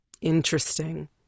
Interesting